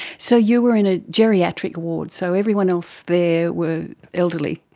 so you were in a geriatric ward, so everyone else there were elderly.